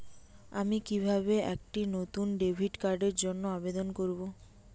আমি কিভাবে একটি নতুন ডেবিট কার্ডের জন্য আবেদন করব?